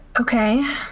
Okay